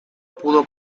pudo